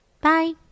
bye